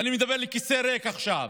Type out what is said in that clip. ואני מדבר לכיסא ריק עכשיו,